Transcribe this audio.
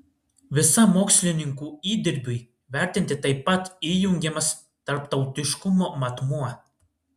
visam mokslininkų įdirbiui vertinti taip pat įjungiamas tarptautiškumo matmuo